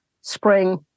spring